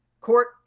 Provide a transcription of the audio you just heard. court